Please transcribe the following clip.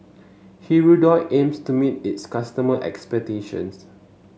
Hirudoid aims to meet its customers' expectations